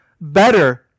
better